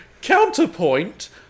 Counterpoint